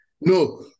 No